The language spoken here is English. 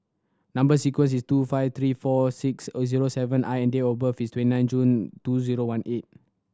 number sequence is T two five three four six O zero seven I and date of birth is twenty nine June two zero one eight